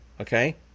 Okay